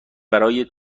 برای